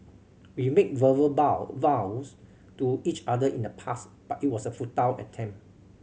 we made verbal vow vows to each other in the past but it was a futile attempt